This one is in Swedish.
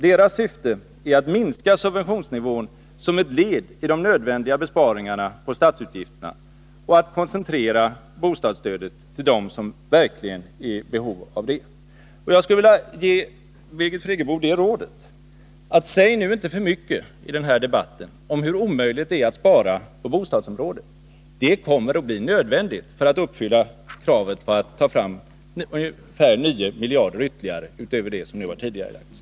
Deras syfte är att minska subventionsnivån som ett led i de nödvändiga besparingarna på statsutgifterna och att koncentrera bostadsstödet till dem som verkligen är i behov av detta.” Jag skulle vilja ge Birgit Friggebo rådet: Säg nu inte för mycket i den här debatten om hur omöjligt det är att spara på bostadsområdet! Det kommer nämligen att bli nödvändigt för att uppfylla kravet på att ta fram ungefär 9 miljarder ytterligare utöver de besparingar som nu har tidigarelagts.